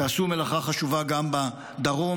ועשו מלאכה חשובה גם בדרום,